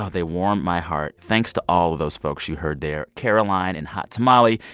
ah they warm my heart. thanks to all of those folks you heard there, caroline and hot tamale,